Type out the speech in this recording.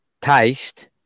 taste